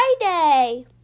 Friday